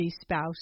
spouse